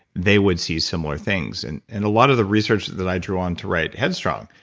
they would see similar things. and and a lot of the research that i drew on to write head strong,